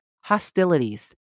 hostilities